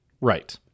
Right